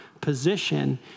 position